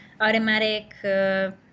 automatic